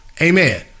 amen